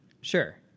Sure